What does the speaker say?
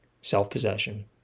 self-possession